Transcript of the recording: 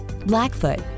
Blackfoot